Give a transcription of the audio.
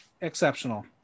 Exceptional